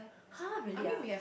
!huh! really ah